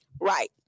right